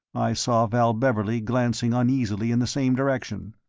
i saw val beverley glancing uneasily in the same direction.